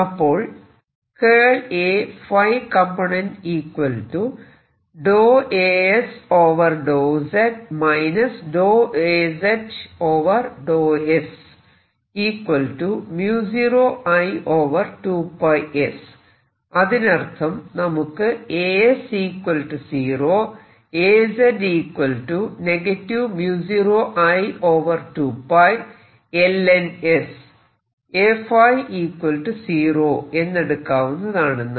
അപ്പോൾ അതിനർത്ഥം നമുക്ക് എന്നെടുക്കാവുന്നതാണെന്നാണ്